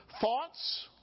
thoughts